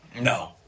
No